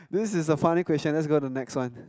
this is a funny question let's go to next one